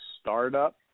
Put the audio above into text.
startup